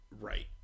right